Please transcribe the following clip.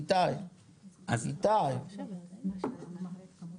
אם היא תרצה תקנות היא צריכה לבוא ולשנות את החוק.